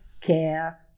care